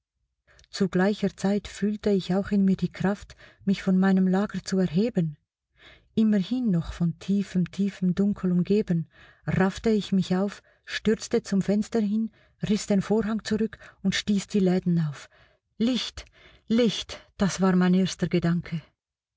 zu gleicher zeit fühlte ich auch in mir die kraft mich von meinem lager zu erheben immerhin noch von tiefem tiefem dunkel umgeben raffte ich mich auf stürzte zum fenster hin riß den vorhang zurück und stieß die läden auf licht licht das war mein erster gedanke